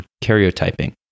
karyotyping